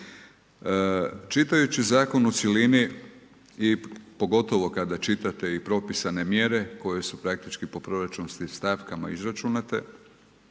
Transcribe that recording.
Čitajući zakon u cjelini i pogotovo kada čitate i propisane mjere koje su praktički po proračunskim stavkama izračunate